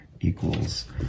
equals